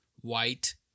white –